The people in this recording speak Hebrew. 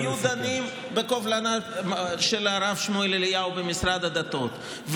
היו דנים בקובלנה של הרב שמואל אליהו במשרד הדתות,